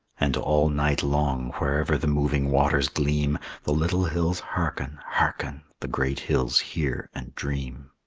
and all night long wherever the moving waters gleam, the little hills hearken, hearken, the great hills hear and dream.